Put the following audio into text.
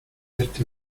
este